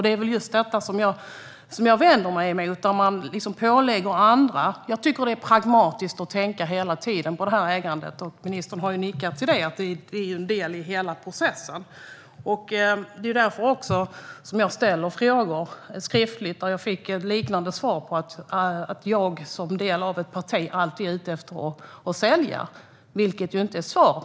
Det är just sådant jag vänder mig emot, att man lägger sådant på andra. Jag tycker att det är pragmatiskt att tänka på ägandet hela tiden - ministern nickar instämmande. Det är en del i hela processen. Och det är därför jag ställer frågor. Jag fick ett liknande svar på min skriftliga fråga: jag är del av ett parti som alltid är ute efter att sälja, vilket inte är svaret.